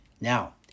Now